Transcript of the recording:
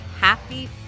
Happy